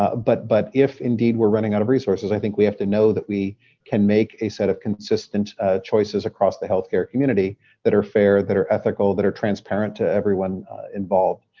but but if indeed we're running out of resources, i think we have to know that we can make a set of consistent choices across the health care community that are fair, that are ethical, that are transparent to everyone involved.